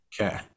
Okay